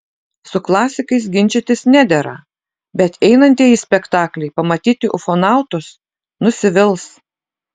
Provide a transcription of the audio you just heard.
su klasikais ginčytis nedera bet einantieji į spektaklį pamatyti ufonautus nusivils